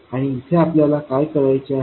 आणि इथे आपल्याला काय करायचे आहे